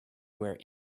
were